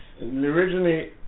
Originally